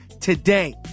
today